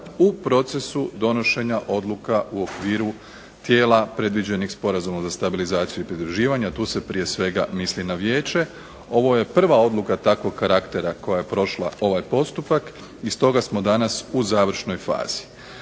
u procesu donošenja odluka u okviru tijela predviđenih Sporazumom o stabilizaciji i pridruživanju a tu se prije svega misli na Vijeće. Ovo je prva Odluka takvog karaktera koja je prošla ovaj postupak i stoga smo danas u završnoj fazi.